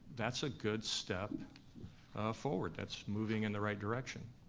that's a good step forward, that's moving in the right direction.